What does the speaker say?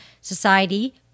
society